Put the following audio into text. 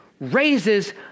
raises